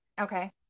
okay